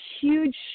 huge